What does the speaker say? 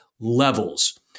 Levels